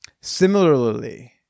similarly